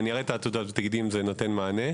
אני אראה את העתודות ותגידי לי אם זה נותן מענה.